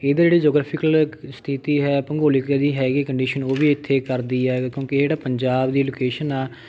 ਇਹਦੀ ਜਿਹੜੀ ਜੌਗ੍ਰਾਫ਼ੀਕਲ ਸਥਿਤੀ ਹੈ ਭੂਗੋਲਿਕ ਇਹਦੀ ਹੈਗੀ ਕੰਡੀਸ਼ਨ ਉਹ ਵੀ ਇੱਥੇ ਕਰਦੀ ਹੈ ਕਿਉਂਕਿ ਜਿਹੜਾ ਪੰਜਾਬ ਦੀ ਲੋਕੇਸ਼ਨ ਆ